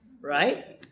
Right